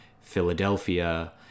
Philadelphia